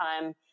time